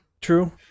True